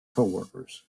coworkers